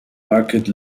marked